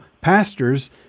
pastors